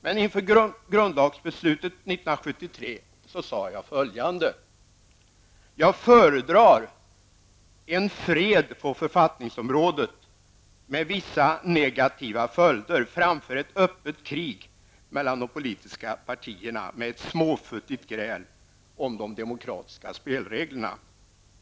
Men inför grundlagsbeslutet 1973 sade jag följande: Jag föredrar en fred på författningsområdet med vissa negativa följder framför ett öppet krig mellan de politiska partierna med ett småfuttigt gräl om de demokratiska spelreglerna.